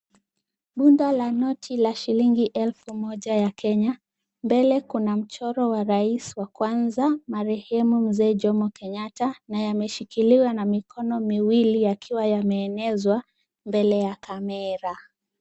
Bunda la noti la shilingi elfu moja ya Kenya, mbele kuna mchoro wa rais wa kwanza marehemu mzee Jomo Kenyatta na yameshikiliwa na mikono miwili yakiwa yameenezwa mbele ya kamera.